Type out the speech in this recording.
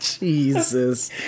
Jesus